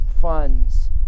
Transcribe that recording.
funds